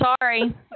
Sorry